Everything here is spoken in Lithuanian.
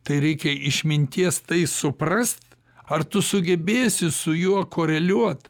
tai reikia išminties tai suprast ar tu sugebėsi su juo koreliuot